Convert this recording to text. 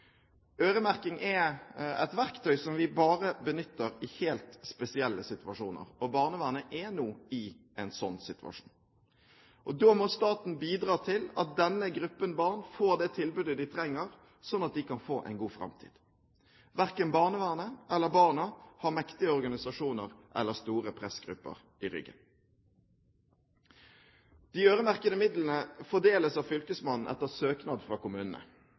Øremerking er et verktøy som vi benytter bare i helt spesielle situasjoner. Barnevernet er nå i en slik situasjon. Da må staten bidra til at denne gruppen barn får det tilbudet de trenger, slik at de kan få en god framtid. Verken barnevernet eller barna har mektige organisasjoner eller store pressgrupper i ryggen. De øremerkede midlene fordeles av fylkesmannen etter søknad fra kommunene.